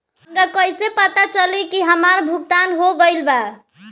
हमके कईसे पता चली हमार भुगतान हो गईल बा?